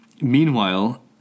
Meanwhile